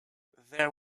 there